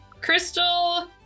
Crystal